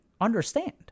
understand